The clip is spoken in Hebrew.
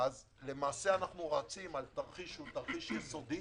אנו רצים על תרחיש יסודי,